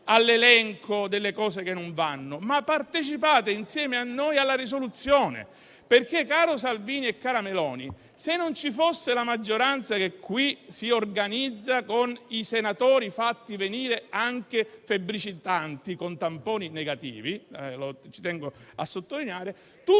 all'elenco delle cose che non vanno, ma partecipate insieme a noi al voto sulla risoluzione, perché caro Salvini e cara Meloni, se non ci fosse la maggioranza che qui si organizza con i senatori fatti venire anche febbricitanti, con tamponi negativi (ci tengo a sottolinearlo), tutto